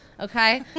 Okay